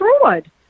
fraud